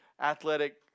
athletic